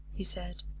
he said.